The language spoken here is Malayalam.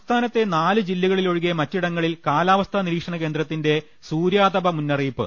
സംസ്ഥാനത്തെ നാല് ജില്ലകളിലൊഴികെ മറ്റിടങ്ങളിൽ കാലാ വസ്ഥാ നിരീക്ഷണ കേന്ദ്രത്തിന്റെ സൂര്യാതപ മുന്നറിയിപ്പ്